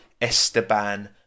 Esteban